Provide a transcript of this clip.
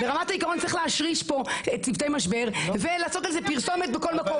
ברמת העיקרון צריך להשריש פה צוותי משבר ולעשות על זה פרסומת בכל מקום,